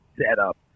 setup